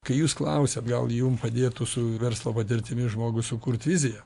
kai jūs klausiat gal jums padėtų su verslo patirtimi žmogui sukurt viziją